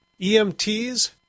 EMTs